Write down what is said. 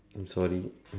sorry